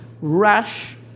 rash